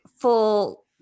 full